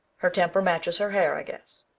her temper matches her hair i guess.